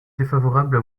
défavorable